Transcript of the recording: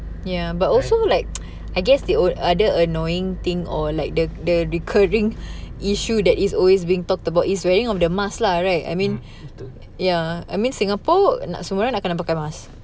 ya but also like I guess the other annoying thing or like the the recurring issue that is always being talked about is wearing of the mask lah right I mean ya I mean singapore nak semua orang kena pakai mask